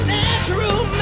natural